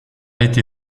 été